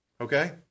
okay